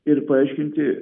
ir paaiškinti